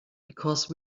because